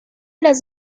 las